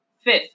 Fifth